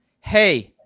hey